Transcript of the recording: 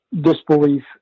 disbelief